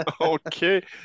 okay